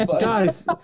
Guys